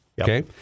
okay